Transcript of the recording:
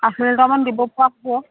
আঠলিটাৰমান দিব পৰা যাব